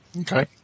Okay